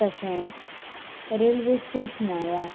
तशेंच रेल्वे स्टेशनाराक